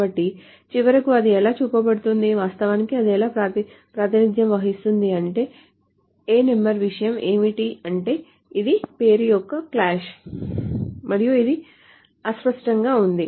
కాబట్టి చివరకు అది ఎలా చూపబడింది వాస్తవానికి అది ఎలా ప్రాతినిధ్యం వహిస్తుంది అంటే ano విషయం ఏమిటి అంటే ఇది పేరు యొక్క క్లాష్ మరియు ఇది అస్పష్టంగా ఉంది